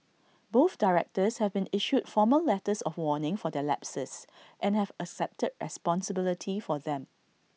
both directors have been issued formal letters of warning for their lapses and have accepted responsibility for them